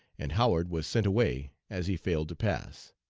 and howard was sent away, as he failed to pass.